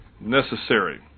necessary